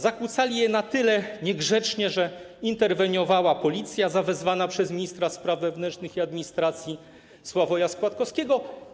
Zakłócali je na tyle niegrzecznie, że interweniowała policja zawezwana przez ministra spraw wewnętrznych i administracji Sławoja Składkowskiego.